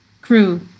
crew